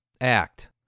act